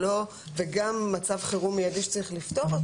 וגם מצב חירום מיידי שצריך לפתור,